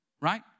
Right